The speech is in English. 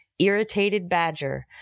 irritatedbadger